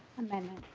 amendment.